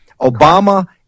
Obama